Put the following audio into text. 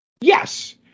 Yes